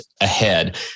ahead